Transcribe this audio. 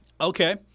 Okay